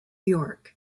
york